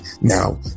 Now